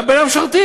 גם בין המשרתים: